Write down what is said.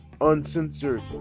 uncensored